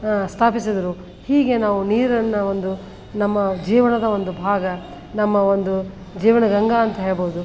ಸ್ಥಾಪಿಸಿದರು ಹೀಗೆ ನಾವು ನೀರನ್ನು ಒಂದು ನಮ್ಮ ಜೀವನದ ಒಂದು ಭಾಗ ನಮ್ಮ ಒಂದು ಜೀವನಗಂಗಾ ಅಂತ ಹೇಳ್ಬೋದು